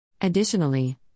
Additionally